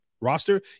roster